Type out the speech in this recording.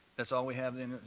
that's all we have, then,